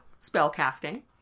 spellcasting